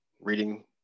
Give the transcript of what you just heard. reading